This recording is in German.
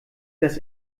das